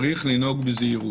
צריך לנהוג בזהירות.